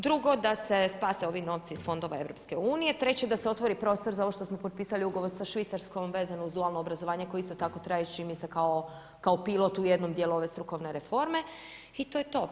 Drugi da se spase ovi novci iz fondova EU, treće da se otvori prostor za ovo što smo potpisali ugovor sa Švicarskom vezan uz glavno obrazovanje, koje isto tako treba ići, čini mi se kao pilot u jednom dijelu ove strukovne reforme i to je to.